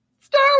Star